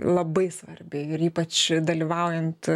labai svarbi ir ypač dalyvaujant